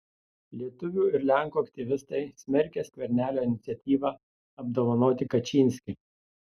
lietuvių ir lenkų aktyvistai smerkia skvernelio iniciatyvą apdovanoti kačynskį